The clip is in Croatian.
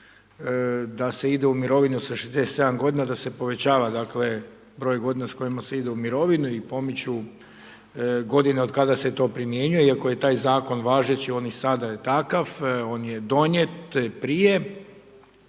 da se ide u mirovinu sa 67 godina, da se povećava, dakle, broj godina s kojima se ide u mirovinu i pomiču godine otkada se to primjenjuje iako je taj Zakon važeći, on i sada je takav, on je donijet prije.